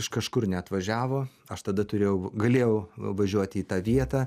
iš kažkur neatvažiavo aš tada turėjau galėjau važiuoti į tą vietą